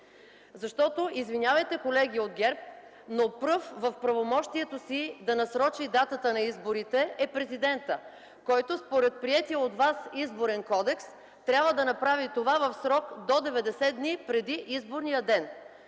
Защото аз, извинявайте, колеги от ГЕРБ, но пръв в правомощието си да насрочи датата на изборите е президентът, който, според приетия от вас Изборен кодекс, трябва да направи това в срок до 90 дни преди изборния ден.